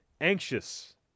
anxious